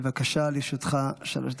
בבקשה, לרשותך שלוש דקות.